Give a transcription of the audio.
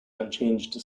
unchanged